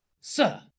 Sir